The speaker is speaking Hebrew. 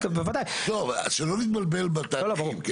שלא נתבלבל בתהליכים.